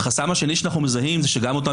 החסם השני שאנחנו מזהים זה שגם אותם